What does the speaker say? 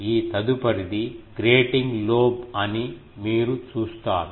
ఈ తదుపరిది grating lobe అని మీరు చూస్తారు